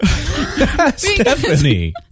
Stephanie